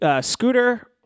Scooter